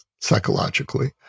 psychologically